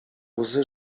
łzy